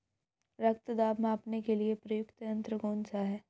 रक्त दाब मापने के लिए प्रयुक्त यंत्र कौन सा है?